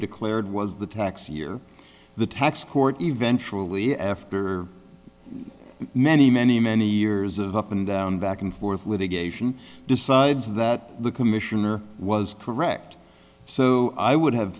declared was the tax year the tax court eventually after many many many years of up and down back and forth litigation decides that the commissioner was correct so i would have